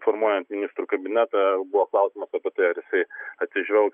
formuojant ministrų kabinetą buvo klausimas apie tai ar jisai atsižvelgs